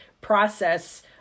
process